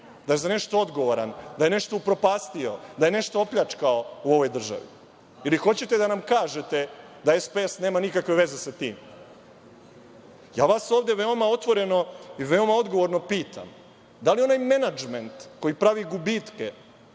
da je za nešto odgovoran, da je nešto upropastio, da je nešto opljačkao u ovoj državi? Hoćete da nam kažete da SPS nema nikakve veze sa tim? Ja vas ovde veoma otvoreno i veoma odgovorno pitam, da li onaj menadžment koji pravi gubitke